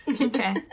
Okay